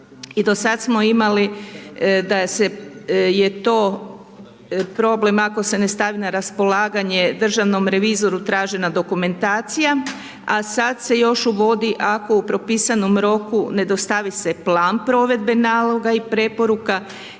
i do sad smo imali da se je to problem ako se ne stavi na raspolaganje Državnom revizoru tražena dokumentacija a sada se još uvodi ako u propisanom roku ne dostavi se plan provedbe naloga i preporuka